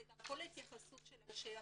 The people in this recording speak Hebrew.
אלא זה גם כל ההתייחסות של אנשי החינוך.